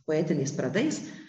poetiniais pradais